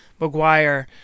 McGuire